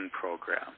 program